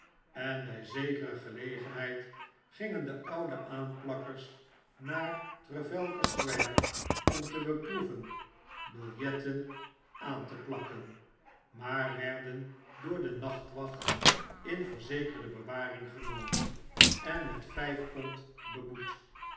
en by zekere gelegenheid gingen de oude aanplakkers naar trafalgar square om te beproeven biljetten aan te plakken maar werden door de nachtwacht in verzekerde bewaring genomen en met vyf pond beboet